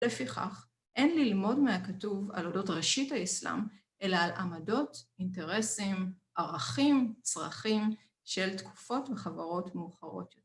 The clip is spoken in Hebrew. לפיכך, אין ללמוד מהכתוב על אודות ראשית האסלאם, אלא על עמדות, אינטרסים, ערכים, צרכים של תקופות וחברות מאוחרות יותר.